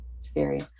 scary